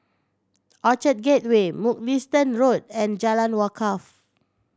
Orchard Gateway Mugliston Road and Jalan Wakaff